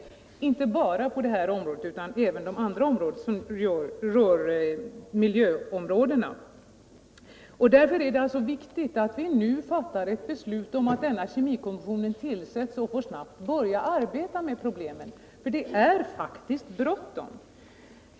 Det gäller inte bara det här området utan även de andra områden som rör miljön. Därför är det alltså viktigt att vi nu fattar ett beslut och att denna kemikommission tillsätts och snabbt får börja arbeta med problemen. Det är faktiskt bråttom.